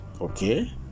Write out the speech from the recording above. okay